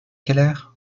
keller